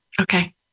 Okay